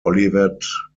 olivet